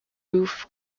roof